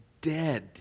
dead